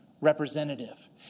representative